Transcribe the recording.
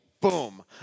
boom